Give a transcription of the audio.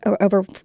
over